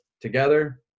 together